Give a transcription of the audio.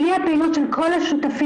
בלי הפעילות של כל השותפים,